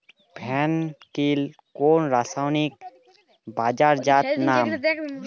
ফেন কিল কোন রাসায়নিকের বাজারজাত নাম?